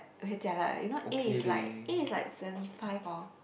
very jialat you know A is like A is like seventy five orh